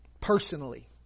Personally